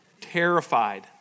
terrified